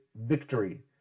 victory